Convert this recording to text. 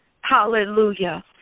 Hallelujah